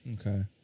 Okay